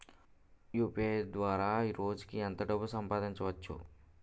UPI ద్వారా రోజుకి ఎంత డబ్బు పంపవచ్చు?